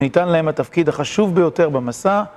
ניתן להם התפקיד החשוב ביותר במסע.